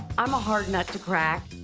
i'm a hard nut to crack,